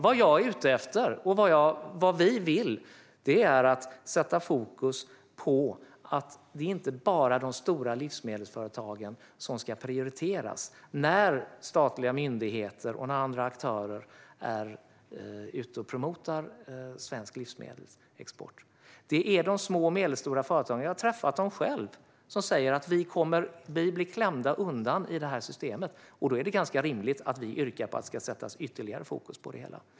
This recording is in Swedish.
Vad jag är ute efter och vad vi vill är att sätta fokus på att det inte bara är de stora livsmedelsföretagen som ska prioriteras när statliga myndigheter och andra aktörer är ute och promotar svensk livsmedelsexport. De små och medelstora företagen - jag har träffat dem själv - säger att de blir klämda och undanträngda i systemet. Då är det ganska rimligt att vi yrkar på att det ska sättas ytterligare fokus på detta.